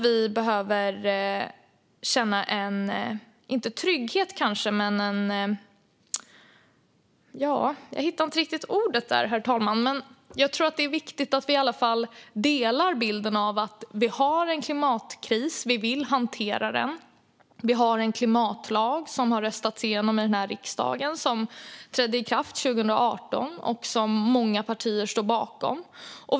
Vi behöver kanske inte känna en trygghet. Jag hittar inte riktigt ordet, herr talman. Men det är viktigt att vi i varje fall delar bilden av att vi har en klimatkris och att vi vill hantera den. Vi har en klimatlag som har röstats igenom i riksdagen. Den trädde i kraft 2018, och många partier står bakom den.